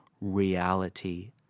reality